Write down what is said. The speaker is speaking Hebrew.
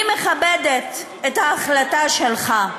אני מכבדת את ההחלטה שלך,